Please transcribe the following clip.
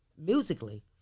musically